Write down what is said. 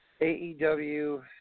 AEW